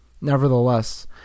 Nevertheless